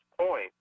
point